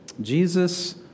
Jesus